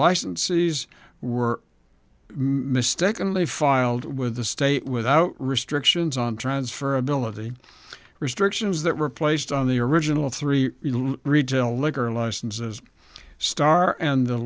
licensees were mistakenly filed with the state without restrictions on transfer ability restrictions that replaced on the original three retail liquor license as star and the